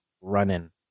running